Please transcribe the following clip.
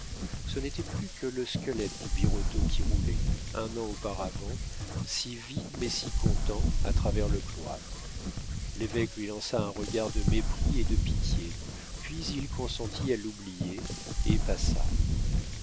ce n'était plus que le squelette du birotteau qui roulait un an auparavant si vide mais si content à travers le cloître l'évêque lui lança un regard de mépris et de pitié puis il consentit à l'oublier et passa